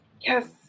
Yes